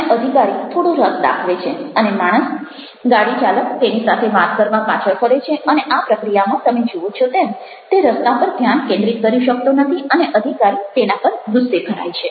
અને અધિકારી થોડો રસ દાખવે છે અને માણસ ગાડીચાલક તેની સાથે વાત કરવા પાછળ ફરે છે અને આ પ્રક્રિયામાં તમે જુઓ છો તેમ તે રસ્તા પર ધ્યાન કેન્દ્રિત કરી શકતો નથી અને અધિકારી તેના પર ગુસ્સે ભરાય છે